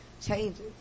changes